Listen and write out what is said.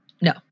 No